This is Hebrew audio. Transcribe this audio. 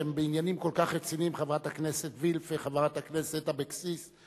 שבעניינים כל כך רציניים חברת הכנסת וילף וחברת הכנסת אבקסיס,